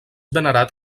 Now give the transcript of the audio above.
venerat